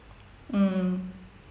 mm